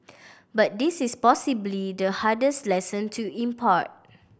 but this is possibly the hardest lesson to impart